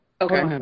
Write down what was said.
Okay